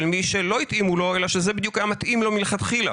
מי שלא התאימו לו אלא שזה בדיוק היה מתאים לו מלכתחילה.